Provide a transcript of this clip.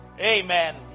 Amen